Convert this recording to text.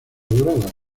dorada